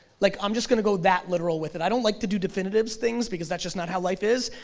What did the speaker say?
like i'm just gonna go that literal with it. i don't like to do definitive things, because that's just not how life is,